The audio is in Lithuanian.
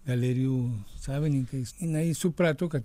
galerijų savininkais jinai suprato kad